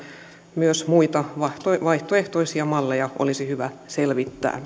myös muita vaihtoehtoisia malleja olisi hyvä selvittää